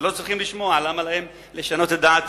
הם לא צריכים לשמוע, למה להם לשנות את דעתם?